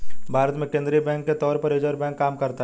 भारत में केंद्रीय बैंक के तौर पर रिज़र्व बैंक काम करता है